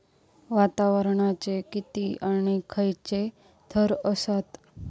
वातावरणाचे किती आणि खैयचे थर आसत?